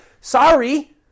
sorry